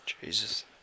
Jesus